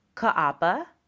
ka'apa